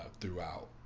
throughout